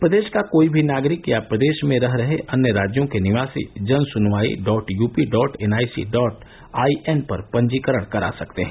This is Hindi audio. प्रदेश का कोई भी नागरिक या प्रदेश में रह रहे अन्य राज्यों के निवासी Jansunwai dot UP dot NIC dot I N पर पंजीकरण करा सकते हैं